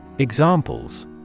Examples